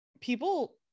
people